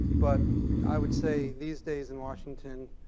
but i would say, these days in washington,